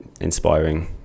inspiring